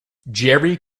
jerry